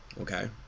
Okay